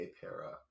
para